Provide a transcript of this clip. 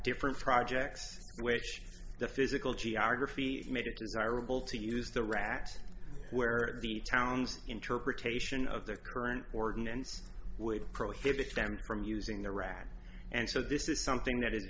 different projects which the physical geography make a considerable to use the rat where the town's interpretation of the current ordinance would prohibit them from using the rock and so this is something that is